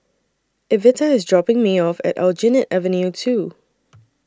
Evita IS dropping Me off At Aljunied Avenue two